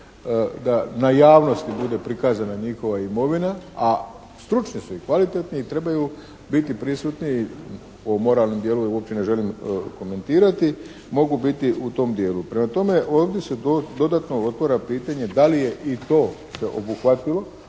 da javnosti bude prikazana njihova imovina, a stručni su i kvalitetni i trebaju biti prisutni, o moralnom dijelu uopće ne želim komentirati, mogu biti u tom dijelu. Prema tome, ovdje se dodatno otvara pitanje da li je i to se obuhvatilo.